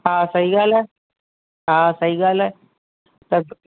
हा सही ॻाल्हि आहे हा सही ॻाल्हि आहे त बि